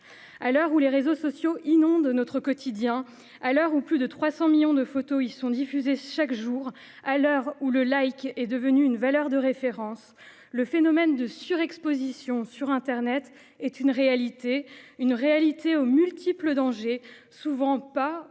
À l'heure où les réseaux sociaux inondent notre quotidien, plus de 300 millions de photos y étant diffusées chaque jour, et où le est devenu une valeur de référence, le phénomène de surexposition sur internet est une réalité. Cette réalité présente de multiples dangers, souvent pas